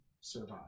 survive